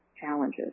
challenges